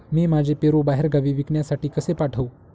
मी माझे पेरू बाहेरगावी विकण्यासाठी कसे पाठवू?